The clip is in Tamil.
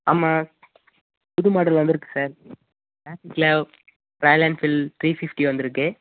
ஆமாம் புது மாடல் வந்துயிருக்கு சார் கிளாஸிகில் ராயல் என்ஃபீல்ட் த்ரீ ஃபிஃப்டி வந்துயிருக்கு